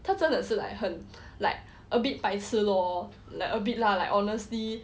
他真的是 like 很 like a bit 白痴 lor like a bit lah like honestly